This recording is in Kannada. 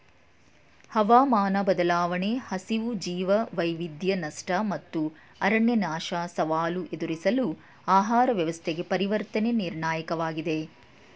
ಹವಾಮಾನ ಬದಲಾವಣೆ ಹಸಿವು ಜೀವವೈವಿಧ್ಯ ನಷ್ಟ ಮತ್ತು ಅರಣ್ಯನಾಶ ಸವಾಲು ಎದುರಿಸಲು ಆಹಾರ ವ್ಯವಸ್ಥೆಗೆ ಪರಿವರ್ತನೆ ನಿರ್ಣಾಯಕವಾಗಿದೆ